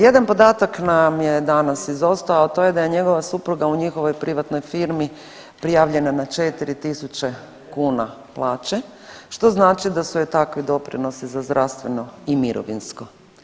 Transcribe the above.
Jedan podatak nam je danas izostao, a to je da je njegova supruga u njihovoj privatnoj firmi prijavljena na 4.000 kuna plaće što znači da su joj takvi doprinosi za zdravstveno i mirovinsko.